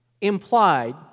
implied